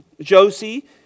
Josie